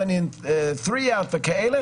one in three out וכאלה.